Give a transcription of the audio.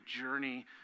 journey